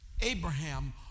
Abraham